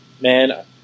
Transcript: man